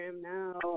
now